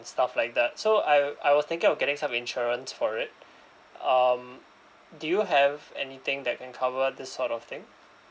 stuff like that so I I was thinking of getting some insurance for it um do you have anything that can cover this sort of thing